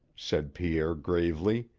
said pierre gravely.